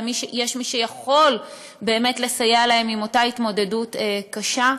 ויש מי שיכול באמת לסייע להם באותה התמודדות קשה.